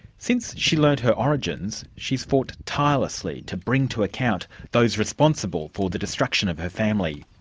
since she learnt her origins she has fought tirelessly to bring to account those responsible for the destruction of her family.